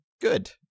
good